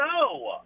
No